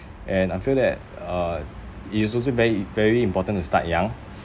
and I feel that uh it is also very very important to start young